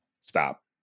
stop